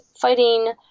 fighting